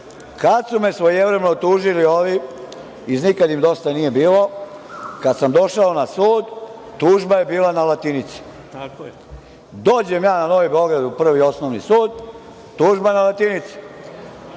Kad su me svojevremeno tužili ovi iz „nikad im dosta nije bilo“, kada sam došao na sud, tužba je bila na latinici. Dođem ja na Novi Beograd, u Prvi osnovni sud, tužba na latinici.